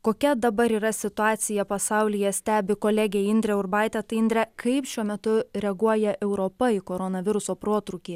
kokia dabar yra situacija pasaulyje stebi kolegė indrė urbaitė tai indre kaip šiuo metu reaguoja europa į koronaviruso protrūkį